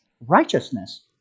righteousness